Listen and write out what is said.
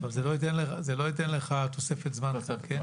אבל זה לא ייתן לך תוספת זמן, כן.